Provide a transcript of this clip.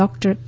doctor કે